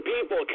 people